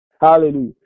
Hallelujah